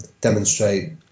demonstrate